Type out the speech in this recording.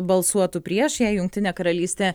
balsuotų prieš jei jungtinė karalystė